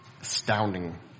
astounding